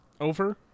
over